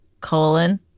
colon